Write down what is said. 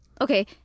okay